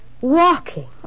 Walking